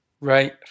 Right